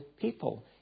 people